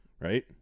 right